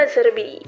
Serbi